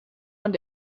und